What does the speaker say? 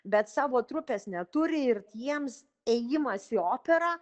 bet savo trupės neturi ir jiems įėjimas į operą